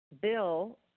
Bill